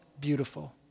beautiful